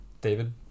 David